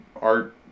art